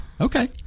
Okay